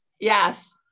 Yes